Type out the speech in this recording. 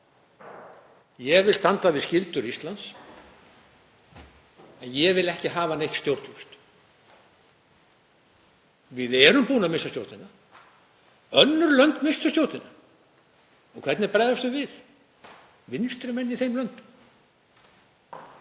Ég vil standa við skyldur Íslands en ég vil ekki hafa neitt stjórnlaust. Við erum búin að missa stjórnina. Önnur lönd misstu stjórnina og hvernig brugðust vinstri menn í þeim löndum